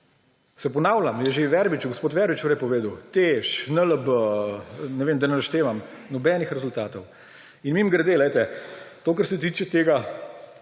Se ponavljam, je že gospod Verbič povedal, TEŠ, NLB, da ne naštevam, nobenih rezultatov. In mimogrede, to, kar se tiče tega,